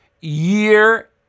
year